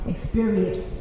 Experience